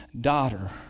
daughter